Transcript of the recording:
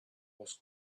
was